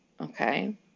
Okay